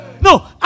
No